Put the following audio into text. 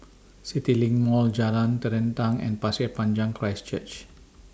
CityLink Mall Jalan Terentang and Pasir Panjang Christ Church